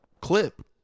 clip